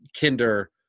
kinder